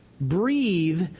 breathe